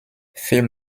film